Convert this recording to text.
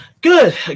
Good